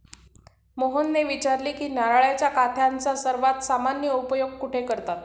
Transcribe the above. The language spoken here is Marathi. मोहनने विचारले की नारळाच्या काथ्याचा सर्वात सामान्य उपयोग कुठे करतात?